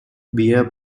beer